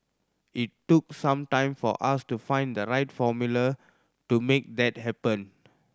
it took some time for us to find the right formula to make that happen